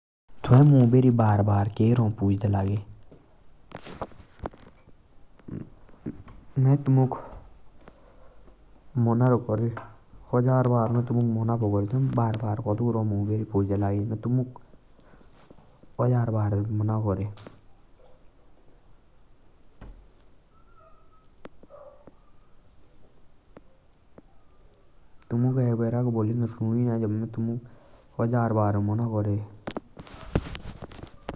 थुए मुब्हेरी पुछेदा का रा लागे। मे तुमुक हजार बार मना तो करे।